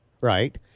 right